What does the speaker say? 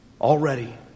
already